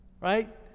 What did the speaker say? Right